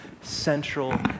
central